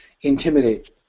intimidate